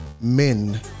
men